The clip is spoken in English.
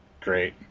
great